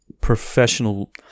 professional